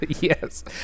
Yes